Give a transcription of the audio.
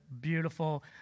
Beautiful